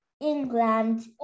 England